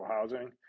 housing